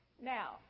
Now